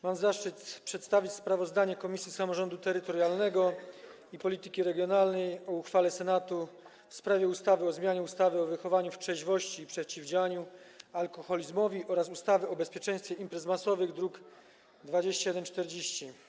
Mam zaszczyt przedstawić sprawozdanie Komisji Samorządu Terytorialnego i Polityki Regionalnej o uchwale Senatu w sprawie ustawy o zmianie ustawy o wychowaniu w trzeźwości i przeciwdziałaniu alkoholizmowi oraz ustawy o bezpieczeństwie imprez masowych, druk nr 2140.